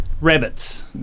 rabbits